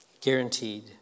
Guaranteed